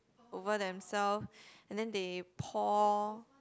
over themselves and then they pour